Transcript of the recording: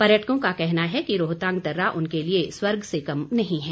पर्यटकों का कहना है कि रोहतांग दर्रा उनके लिए स्वर्ग से कम नही है